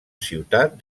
ciutat